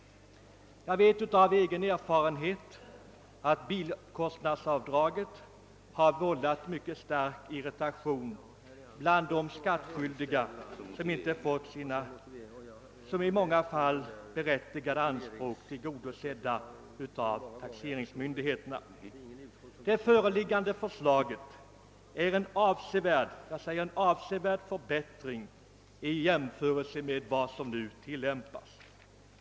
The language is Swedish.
Jag vet av egen erfarenhet att bilkostnadsavdraget har vållat stark irritation bland skattskyldiga som inte fått sina i många fall berättigade anspråk tillgodosedda av taxeringsmyndigheterna. Det föreliggande förslaget är en avsevärd förbättring i jämförelse med vad som nu tillämpats.